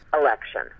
election